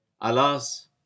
Alas